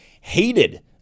hated